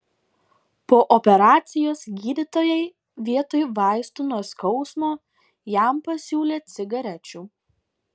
po operacijos gydytojai vietoj vaistų nuo skausmo jam pasiūlė cigarečių